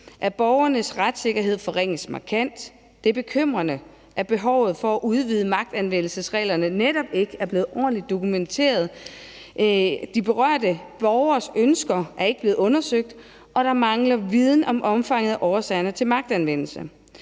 at borgernes retssikkerhed forringes markant. Det er bekymrende, at behovet for at udvide magtanvendelsesreglerne netop ikke er blevet ordentligt dokumenteret. De berørte borgeres ønsker er ikke blevet undersøgt, og der mangler viden om omfanget og årsagerne til magtanvendelse.